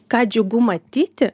ką džiugu matyti